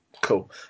Cool